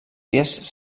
dies